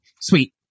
Sweet